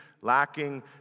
lacking